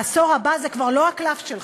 לעשור הבא זה כבר לא הקלף שלך.